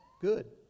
good